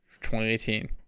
2018